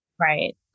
Right